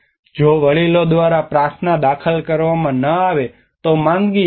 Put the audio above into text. જો વડીલો દ્વારા પ્રાર્થના દાખલ કરવામાં ન આવે તો માંદગી આવે છે